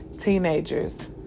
teenagers